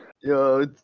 Yo